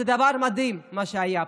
זה דבר מדהים, מה שהיה פה.